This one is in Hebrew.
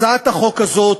הצעת החוק הזאת